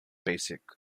basic